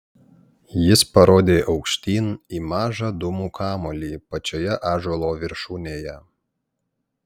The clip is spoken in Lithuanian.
jis parodė aukštyn į mažą dūmų kamuolį pačioje ąžuolo viršūnėje